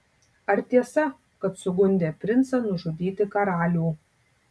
ar tiesa kad sugundė princą nužudyti karalių